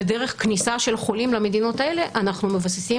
ודרך כניסה של חולים למדינות האלה אנחנו מבססים